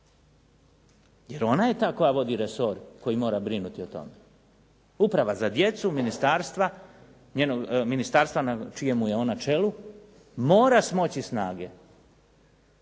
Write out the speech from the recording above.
jer ona je ta koja vodi resor koji mora brinuti o tome. Uprava za djecu ministarstva, ministarstva na čijemu je ona čelu mora smoći snage